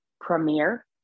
premiere